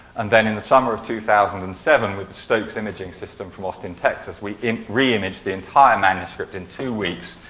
and then in the summer of two thousand and seven, with stokes imaging system from austin, texas, we re-imaged the entire manuscript in two weeks